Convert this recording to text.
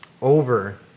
over